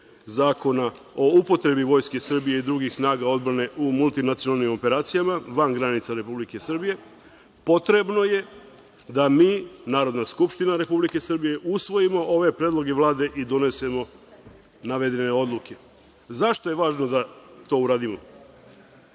Zakona o upotrebi Vojske Srbije i drugih snaga odbrane u multinacionalnim operacijama van granica Republike Srbije, potrebno je da mi, Narodna skupština Republike Srbije, usvojimo ove predloge Vlade i donesemo navedene odluke.Zašto je važno da to uradimo?